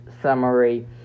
summary